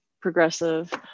progressive